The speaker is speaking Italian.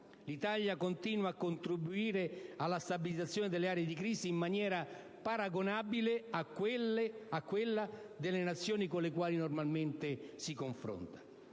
l'Italia continua a contribuire alla stabilizzazione delle aree di crisi in maniera paragonabile a quella delle Nazioni con le quali normalmente si confronta.